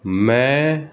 ਮੈਂ